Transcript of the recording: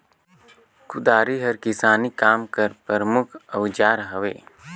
कुदारी हर किसानी काम कर परमुख अउजार हवे